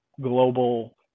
global